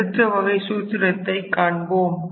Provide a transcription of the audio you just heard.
அடுத்த வகை சூத்திரத்தை காண்போம்